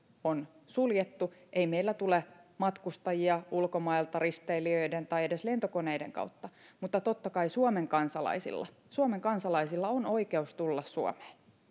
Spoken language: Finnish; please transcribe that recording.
on suljettu ei meillä tule matkustajia ulkomailta risteilijöiden tai edes lentokoneiden kautta mutta totta kai suomen kansalaisilla suomen kansalaisilla on oikeus tulla suomeen